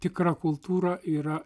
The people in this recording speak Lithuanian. tikra kultūra yra